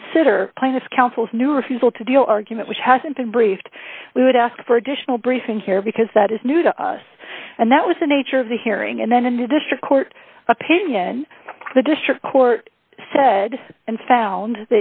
consider plaintiff counsels new refusal to deal argument which hasn't been briefed we would ask for additional briefing here because that is new to us and that was the nature of the hearing and then in the district court opinion the district court said and found